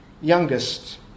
youngest